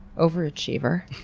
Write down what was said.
over-achiever,